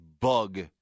bug